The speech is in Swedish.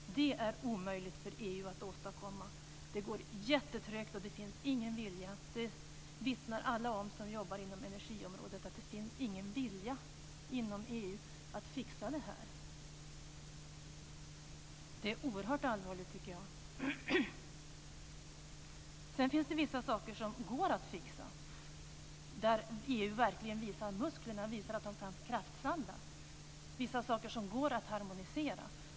Det är omöjligt för EU att åstadkomma. Det går jättetrögt, och det finns ingen vilja. Alla som jobbar inom energiområdet vittnar om att det inte finns någon vilja inom EU att fixa detta. Det tycker jag är oerhört allvarligt. Sedan finns det vissa saker som går att fixa, där EU verkligen visar musklerna och visar att man kan kraftsamla och harmonisera vissa saker.